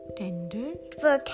tender